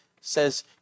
says